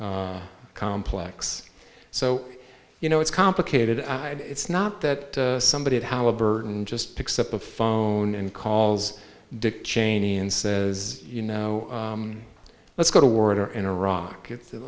complex so you know it's complicated it's not that somebody at halliburton just picks up the phone and calls dick cheney and says you know let's go to war in iraq it's